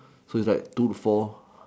so it's like two four